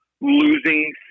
losing